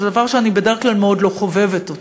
זה דבר שאני בדרך כלל מאוד לא חובבת אותו,